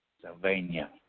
Sylvania